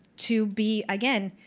to be, again,